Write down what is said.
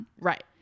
Right